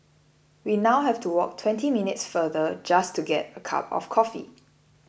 we now have to walk twenty minutes further just to get a cup of coffee